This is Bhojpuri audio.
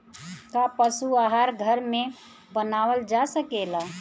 का पशु आहार घर में बनावल जा सकेला?